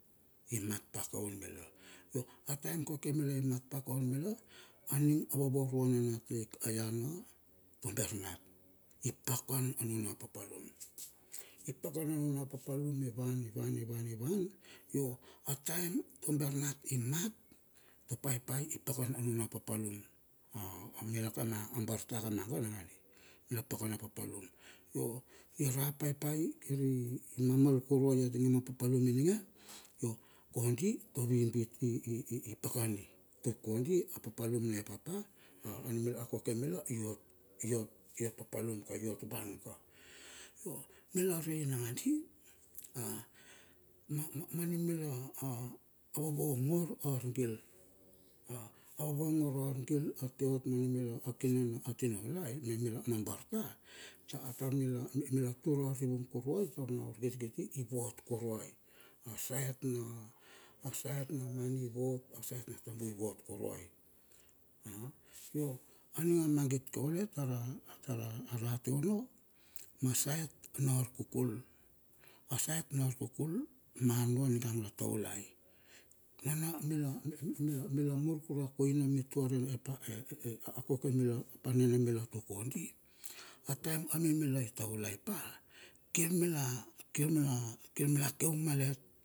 I mat pa kaun mila. Ho a time kokoe mila i mat kan mila aning a vovo na nat lik a yana tobernat i pakan a nuna papalum. I pakan a nung papalun i wan i wan i wan. Yo a time tobermat i mat, topaipai i pakan a nuna papalun ha mila kama barta kamaga nagadi mila pakan a papalum. Ho irap paipai kir i mamel kuruai a tinge ma papalum i nigge yo kondi tovimbi i i i pakauni. Tuk kondi a papalum ne na papa a numila a koke mila iot iot iot papalum ka iot wan ka. Yo mila rai nagandi ma ma numila a a a vavaogor argil a vaogor argil a tia ot ma numila kine na tina ulai me mila a bar ta. Tur mila mila tur arivung kuruai tar na urkitikiti i vot kuruai. Ma side na a side na money i vot ma side na tabu i vot kuruai. A yo a niga mangit kaule tara tara rate onno ma side na arkukul ma side na arkukul ma nua ningang la taulai na na mila mila mur kurue a koina mitua e e kokoe hap enane tuk kondi. A taem a mimila itaulai pa kir mila kir mila kir mula keung malet.